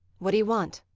what d'you want?